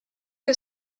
que